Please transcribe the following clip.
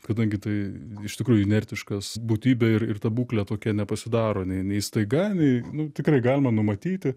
kadangi tai iš tikrųjų inertiškas būtybė ir ir ta būklė tokia nepasidaro nei nei staiga nei nu tikrai galima numatyti